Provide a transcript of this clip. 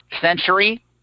century